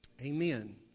Amen